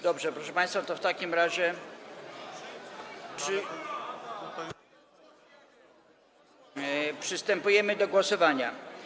Dobrze, proszę państwa, to w takim razie przystępujemy do głosowania.